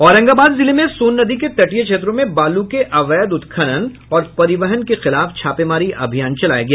औरंगाबाद जिले में सोन नदी के तटीय क्षेत्रों में बालू के अवैध उत्खनन और परिवहन के खिलाफ छापेमारी अभियान चलाया गया